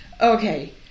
Okay